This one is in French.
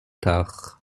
tard